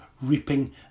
Reaping